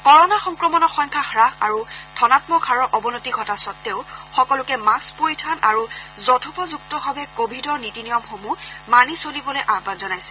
corona সংক্ৰমণৰ সংখ্যা হাস আৰু ধনামক হাৰৰ অৱনতি ঘটা সত্তেও সকলোকে মাহ্ব পৰিধান আৰু যথোপযুক্তভাবে কোভিডৰ নীতিনিয়ম সমূহ মানি চলিবলৈ আহান জনাইছে